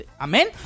Amen